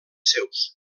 seus